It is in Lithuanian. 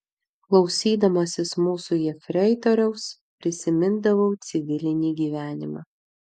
klausydamasis mūsų jefreitoriaus prisimindavau civilinį gyvenimą